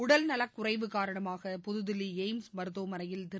உடல்நலக் குறைவு காரணமாக புதுதில்லி எய்ம்ஸ் மருத்துவமனையில் திரு